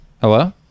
Hello